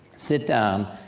sit down,